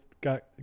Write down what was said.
got